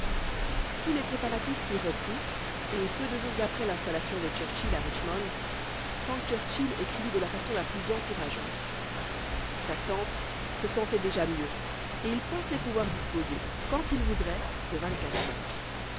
tous les préparatifs furent repris et peu de jours après l'installation des churchill à richmond frank churchill écrivit de la façon plus encourageante sa tante se sentait déjà mieux et il pensait pouvoir disposer quand il voudrait de vingt-quatre heures